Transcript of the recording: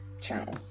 channel